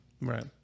Right